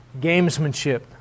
gamesmanship